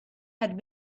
had